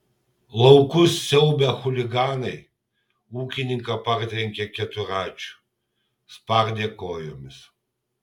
laukus siaubę chuliganai ūkininką partrenkė keturračiu spardė kojomis